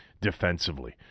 defensively